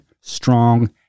strong